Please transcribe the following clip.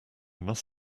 must